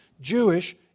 Jewish